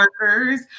workers